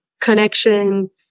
connection